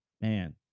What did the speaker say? Man